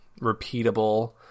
repeatable